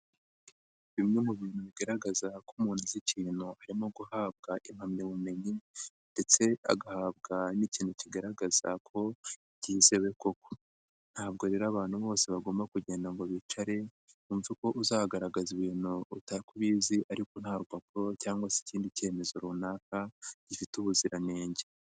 Bimwe mu bintu bigaragaza ko umuntu azi ikintu ni nko guhabwa impamyabumenyi ndetse agahabwa n'ikintu kigaragaza ko byizewe koko, ntabwo rero abantu bose bagomba kugenda ngo bicare, wumve ko uzagaragaza ibintu ko ubizi ariko nta rupapuro cyangwa se ikindi cyemezo runaka gifite ubuziranenge.